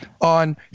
on